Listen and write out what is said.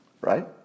right